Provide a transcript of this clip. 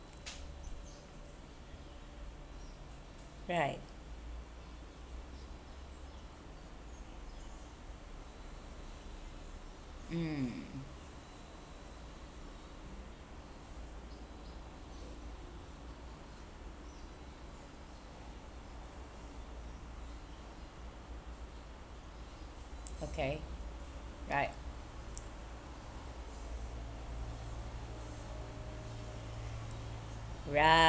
right um okay right right